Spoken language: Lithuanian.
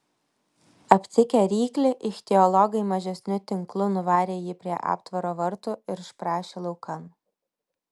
aptikę ryklį ichtiologai mažesniu tinklu nuvarė jį prie aptvaro vartų ir išprašė laukan